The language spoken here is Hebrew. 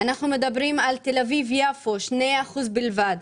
בתל אביב-יפו 2% בלבד.